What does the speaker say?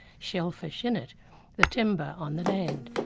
shellfish in it the timber on the land.